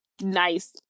nice